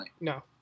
No